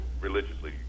religiously